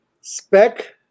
Spec